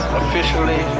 officially